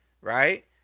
right